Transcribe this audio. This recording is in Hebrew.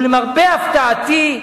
ולמרבה הפתעתי,